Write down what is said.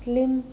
slim